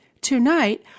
Tonight